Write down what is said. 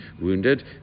wounded